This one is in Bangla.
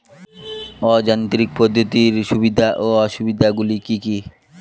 অযান্ত্রিক পদ্ধতির সুবিধা ও অসুবিধা গুলি কি কি?